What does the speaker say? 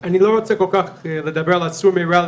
אני לא רוצה כל כך לדבר על הסור מרע,